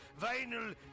vinyl